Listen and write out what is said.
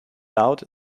out